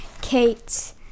Kate